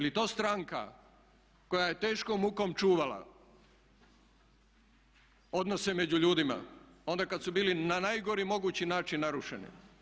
Je li to stranka koja je teškom mukom čuvala odnose među ljudima, onda kad su bili na najgori mogući način narušene?